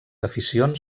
aficions